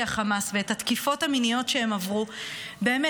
החמאס ואת התקיפות המיניות שהן עברו באמת,